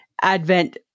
Advent